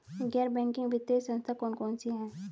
गैर बैंकिंग वित्तीय संस्था कौन कौन सी हैं?